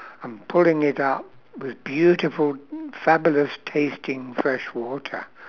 and pulling it up was beautiful fabulous tasting fresh water